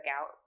out